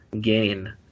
gain